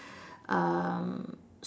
um